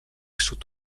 sud